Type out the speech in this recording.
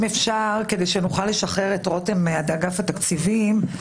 אם אפשר כדי שנוכל לשחרר את רותם מאגף התקציבים,